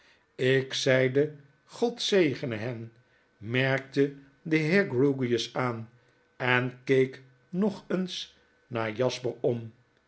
lk zeide god zegene hen merkte de heer grewgious aan en keek nog eens naar jasper om